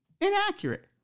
Inaccurate